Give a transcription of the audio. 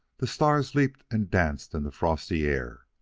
the stars leaped and danced in the frosty air,